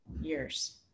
years